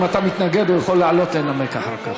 אם אתה מתנגד הוא יכול לעלות לנמק אחר כך.